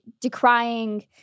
decrying